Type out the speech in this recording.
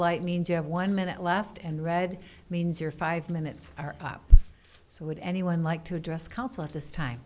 light means you have one minute left and red means your five minutes are up so would anyone like to address council at this time